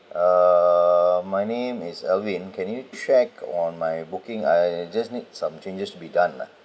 um my name is alvin can you check on my booking I just need some changes to be done lah